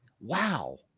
Wow